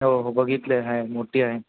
हो हो बघितले आहे मोठी आहे